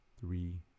three